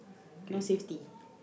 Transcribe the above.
no safety